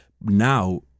Now